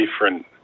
different